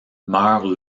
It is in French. meurt